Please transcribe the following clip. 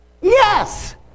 yes